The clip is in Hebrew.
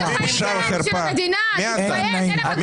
14,401 עד 14,420, מי בעד?